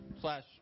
slash